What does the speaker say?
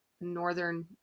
Northern